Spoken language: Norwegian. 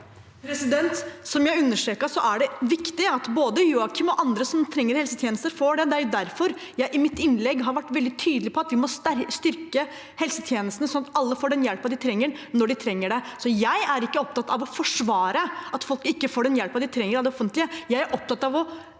Som jeg understreket, er det viktig at både Joakim og andre som trenger helsetjenester, får det. Det er jo derfor jeg i mitt innlegg har vært veldig tydelig på at vi må styrke helsetjenestene sånn at alle får den hjelpen de trenger, når de trenger det. Jeg er ikke opptatt av å forsvare at folk ikke får den hjelpen de trenger av det offentlige, jeg er opptatt av å